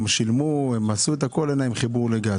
הם שילמו, הם עשו את הכול אך אין להם חיבור לגז.